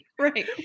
right